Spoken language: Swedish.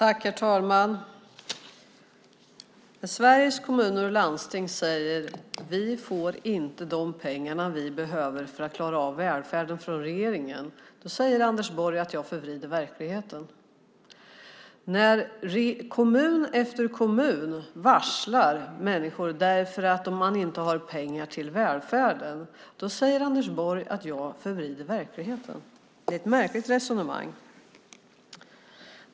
Herr talman! Sveriges Kommuner och Landsting säger: Vi får inte de pengar vi behöver för att klara av välfärden från regeringen. Då säger Anders Borg att jag förvrider verkligheten. När kommun efter kommun varslar människor därför att man inte har pengar till välfärden säger Anders Borg att jag förvrider verkligheten. Det är ett märkligt resonemang.